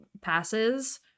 passes